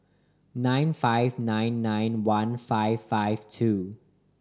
nine five nine nine one five five two